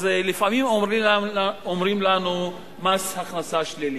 אז לפעמים אומרים לנו "מס הכנסה שלילי".